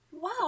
Wow